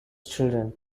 children